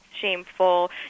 shameful